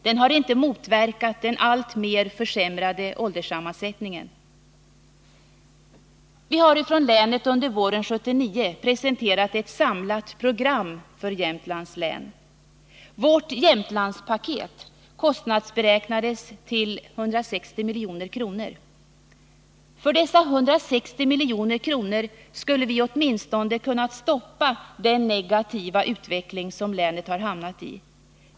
Den har inte motverkat den alltmer försämrade ålderssammansättningen. Vi har från länet under våren 1979 presenterat ett samlat program för Jämtlands län. Vårt ”Jämtlandspaket” kostnadsberäknades till 160 milj.kr. För dessa 160 milj.kr. skulle vi åtminstone ha kunnat stoppa den negativa utveckling som länet har hamnat i.